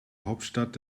hauptstadt